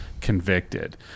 convicted